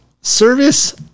Service